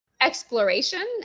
exploration